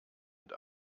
mit